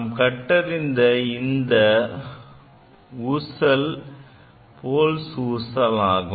நாம் கற்றறிந்த அடுத்த ஊசல் Pohl's ஊசல் ஆகும்